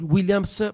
Williams